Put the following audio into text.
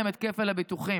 בתי מרקחת, זה כמו בתי חולים.